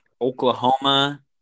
Oklahoma